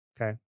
Okay